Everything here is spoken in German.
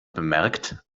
bemerkt